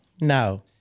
no